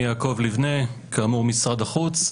כאמור אני ממשרד החוץ.